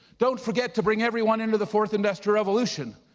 don't forget to bring everyone into the fourth industrial revolution.